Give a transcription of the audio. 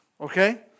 okay